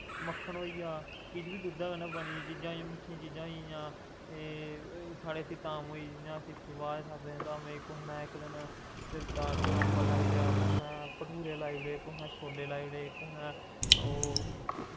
मक्खन होईया किश बी दुद्ध कन्नै बनी दी चीजां मिट्ठियां चीजां होई गेईयां साढ़ै इत्थें धाम होई दियां सतवाह् दी सत्त दिन धाम होई कुसै नै इक दिन दाल चौल अम्ब लाई ओड़ेआ कुसै नै कुसै नै भठूरे लाई ओड़े कुसै नै शोल्ले लाई ओड़े कुसै नै ओह्